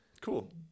cool